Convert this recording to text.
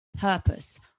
purpose